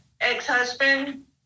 ex-husband